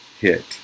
hit